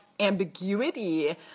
ambiguity